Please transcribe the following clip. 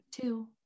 Two